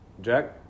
Jack